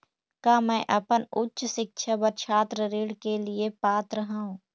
का मैं अपन उच्च शिक्षा बर छात्र ऋण के लिए पात्र हंव?